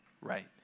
right